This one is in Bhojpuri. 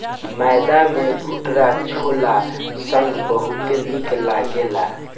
मैदा के भटूरा छोला संगे बहुते निक लगेला